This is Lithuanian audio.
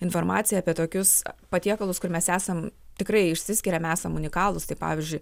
informaciją apie tokius patiekalus kur mes esam tikrai išsiskiriam esam unikalūs tai pavyzdžiui